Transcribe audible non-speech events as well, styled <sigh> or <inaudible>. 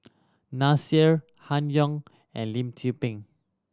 <unintelligible> Han Yong and Lim Tze Peng